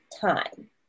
time